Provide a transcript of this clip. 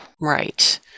Right